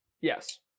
yes